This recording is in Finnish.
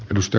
risto